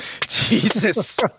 Jesus